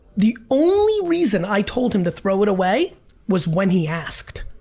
the only reason i told him to throw it away was when he asked.